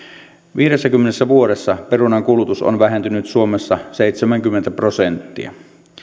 viidessäkymmenessä vuodessa perunan kulutus on vähentynyt suomessa seitsemänkymmentä prosenttia